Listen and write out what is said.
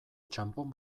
txanpon